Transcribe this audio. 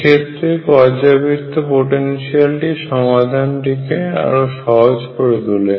এক্ষেত্রে পর্যায়বৃত্ত পোটেনশিয়ালটি সমাধানটিকে আরো সহজ করে তোলে